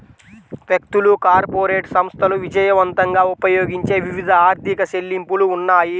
వ్యక్తులు, కార్పొరేట్ సంస్థలు విజయవంతంగా ఉపయోగించే వివిధ ఆర్థిక చెల్లింపులు ఉన్నాయి